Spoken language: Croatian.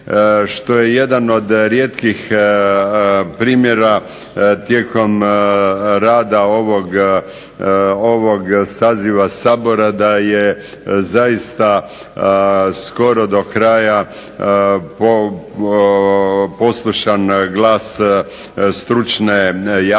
što je jedan od rijetkih primjera tijekom rada ovog saziva Sabora da je zaista skoro do kraja poslušan glas stručne javnosti